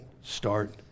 start